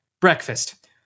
Breakfast